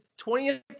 20th